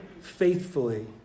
faithfully